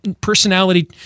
personality –